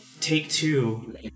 Take-Two